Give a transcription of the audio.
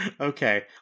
okay